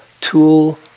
tool